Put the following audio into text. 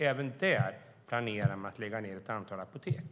Även där planerar man att lägga ned ett antal apotek.